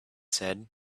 said